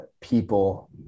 people